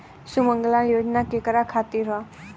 सुमँगला योजना केकरा खातिर ह?